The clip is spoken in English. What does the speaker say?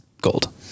gold